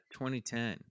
2010